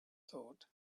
thought